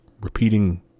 repeating